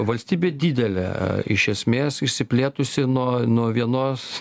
valstybė didelė iš esmės išsiplėtusi nuo nuo vienos